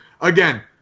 Again